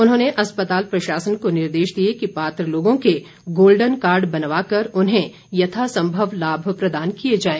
उन्होंने अस्पताल प्रशासन को निर्देश दिए कि पात्र लोगों के गोल्डन कार्ड बनावकर उन्हें यथासंभव लाभ प्रदान किए जाएं